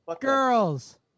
Girls